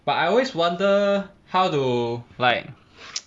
but I always wonder how to like